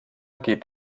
geht